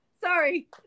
sorry